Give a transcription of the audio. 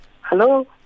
Hello